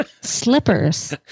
slippers